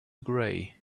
gray